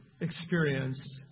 experience